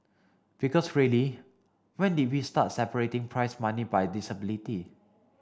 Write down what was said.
because really when did we start separating prize money by disability